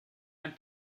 ein